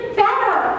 better